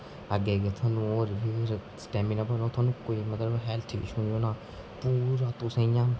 अग्गें अग्गें थुहानूं होर स्टैमिना बनग थुहानूं कोई मतलब हैल्थ इशू नेईं होना पूरा तुसेंगी इ'यां